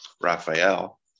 Raphael